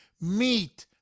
meat